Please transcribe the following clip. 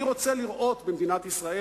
אני רוצה לראות במדינת ישראל,